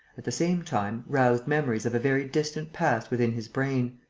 at the same time, roused memories of a very distant past within his brain.